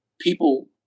People